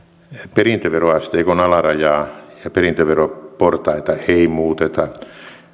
perintöveroasteikon alarajaa ja perintöveroportaita ei muuteta